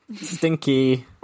stinky